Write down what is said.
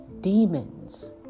demons